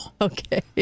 Okay